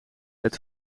het